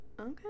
Okay